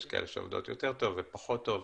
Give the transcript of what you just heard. יש כאלה שעובדות יותר טוב ופחות טוב.